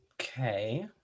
Okay